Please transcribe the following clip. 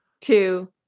two